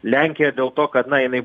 lenkija dėl to kad na jinai